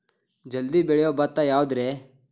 ಜಲ್ದಿ ಬೆಳಿಯೊ ಭತ್ತ ಯಾವುದ್ರೇ?